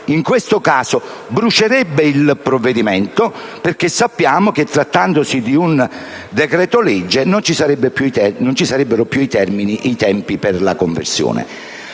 in questo caso brucerebbe il provvedimento perché, come sappiamo, trattandosi di un decreto‑legge non ci sarebbero più i tempi necessari per